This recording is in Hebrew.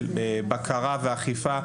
של בקרה ושל אכיפה,